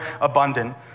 abundant